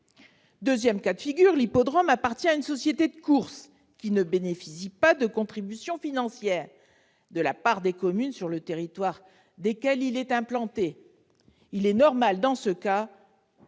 Deuxième cas de figure, l'hippodrome appartient à une société de courses, qui ne bénéficie d'aucune contribution financière de la part des communes sur le territoire desquelles il est implanté. Il est normal, dans ce cas,